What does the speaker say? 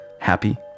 happy